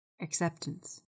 acceptance